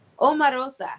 Omarosa